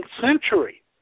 century